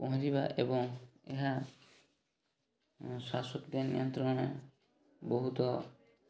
ପହଁରିବା ଏବଂ ଏହା ଶ୍ୱାସକ୍ରିୟା ନିୟନ୍ତ୍ରଣରେ ବହୁତ